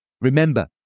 Remember